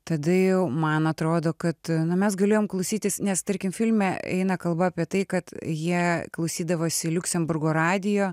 tada jau man atrodo kad na mes galėjom klausytis nes tarkim filme eina kalba apie tai kad jie klausydavosi liuksemburgo radijo